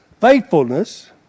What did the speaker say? faithfulness